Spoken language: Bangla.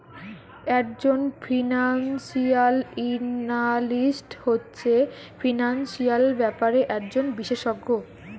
একজন ফিনান্সিয়াল এনালিস্ট হচ্ছে ফিনান্সিয়াল ব্যাপারে একজন বিশেষজ্ঞ